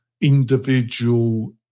individual